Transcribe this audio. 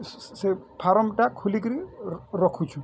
ସ୍ ଫାରମ୍ଟା ଖୋଲିକରି ରଖୁଛୁଁ